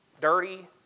dirty